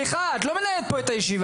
סליחה, את לא מנהלת פה את הישיבה.